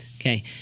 Okay